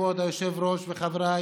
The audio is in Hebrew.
כבוד היושב-ראש וחבריי